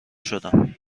شدم